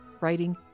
writing